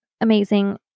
Amazing